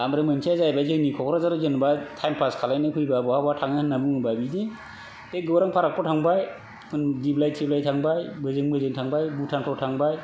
आमफ्राय मोनसेआ जाहैबाय जोंनि क'क्राझाराव जेनोबा टाइम पास खालामनो फैबा बहा बहा थांङो होननानै बुंङोबा बिदि बे गौरां पार्कफ्राव थांबाय दिब्लाइ टिब्लाइ थांबाय बोजों बोजों थांबाय भुटानफ्राव थांबाय